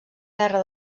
guerra